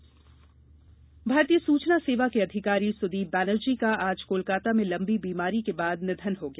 निधन भारतीय सुचना सेवा के अधिकारी सुदीप बनर्जी का आज कोलकाता में लम्बी बीमारी के बाद निधन हो गया